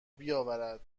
بیاورد